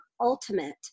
ultimate